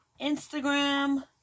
Instagram